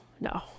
no